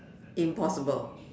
impossible